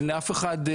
אין לאף אחד,